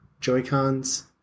Joy-Cons